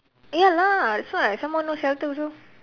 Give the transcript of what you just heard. ya lah that's why some more no shelter also